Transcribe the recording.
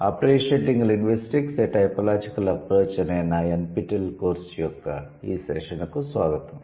'appreciating linguistics a typological approach' అనే నా NPTEL course యొక్క ఈ సెషన్ కు స్వాగతం